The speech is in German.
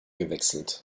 gewechselt